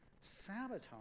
sabotage